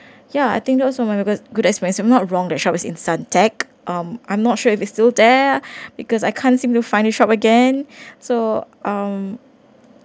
ya I think those are my because good expensive not wrong that shops in suntec um I'm not sure if it's still there because I can't seem to find a shop again so um